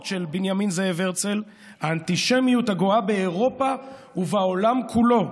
של בנימין זאב הרצל: האנטישמיות הגואה באירופה ובעולם כולו,